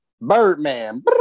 Birdman